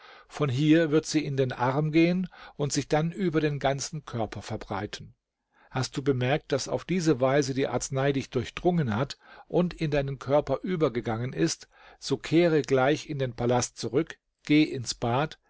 von hier wird sie in den arm gehen und sich dann über den ganzen körper verbreiten hast du bemerkt daß auf diese weise die arznei dich durchdrungen hat und in deinen körper übergegangen ist so kehre gleich in den palast zurück geh ins bad